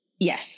Yes